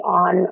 on